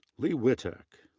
leigh witek,